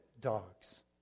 dogs